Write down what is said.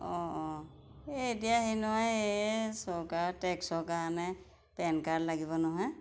অঁ অঁ এই এতিয়া হেৰি নহয় এই চৰকাৰৰ টেক্সৰ কাৰণে পেন কাৰ্ড লাগিব নহয়